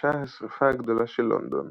התרחשה השרפה הגדולה של לונדון